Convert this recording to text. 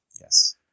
yes